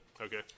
Okay